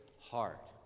heart